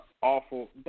awful